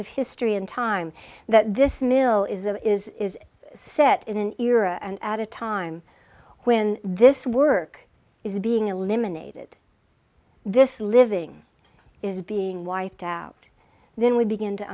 of history in time that this mill is and is set in an era and at a time when this work is being eliminated this living is being wiped out then we begin to